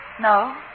No